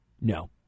No